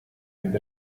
від